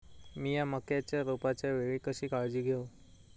मीया मक्याच्या रोपाच्या वेळी कशी काळजी घेव?